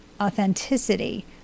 authenticity